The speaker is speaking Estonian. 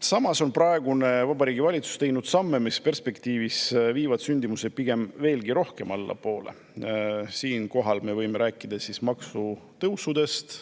Samas on praegune Vabariigi Valitsus teinud samme, mis perspektiivis viivad sündimuse pigem veelgi rohkem allapoole. Siinkohal me võime rääkida maksutõusudest,